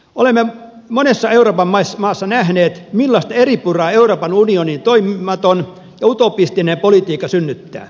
olemme monessa euroopan maassa nähneet millaista eripuraa euroopan unionin toimimaton ja utopistinen politiikka synnyttää